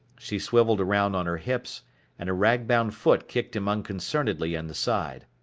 she swiveled around on her hips and a rag-bound foot kicked him unconcernedly in the side.